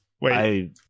wait